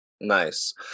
nice